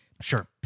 Sure